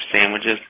sandwiches